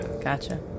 Gotcha